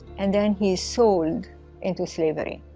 and then he is sold into slavery.